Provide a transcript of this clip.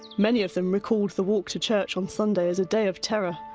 many of them recalled the walk to church on sunday as a day of terror,